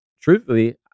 Truthfully